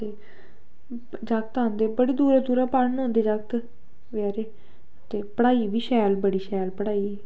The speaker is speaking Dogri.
ते जागत औंदे बड़ी दूरू दूरूं पढ़न औंदे जागत ते पढ़ाई बी शैल बड़ी शैल पढ़ाई